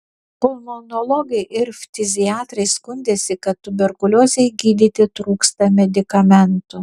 pulmonologai ir ftiziatrai skundėsi kad tuberkuliozei gydyti trūksta medikamentų